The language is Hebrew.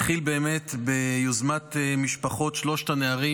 התחיל באמת ביוזמת משפחות שלושת הנערים